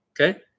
Okay